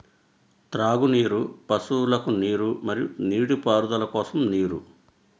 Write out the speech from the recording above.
త్రాగునీరు, పశువులకు నీరు మరియు నీటిపారుదల కోసం నీరు